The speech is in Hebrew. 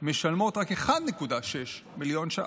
משלמות רק 1.6 מיליון ש"ח.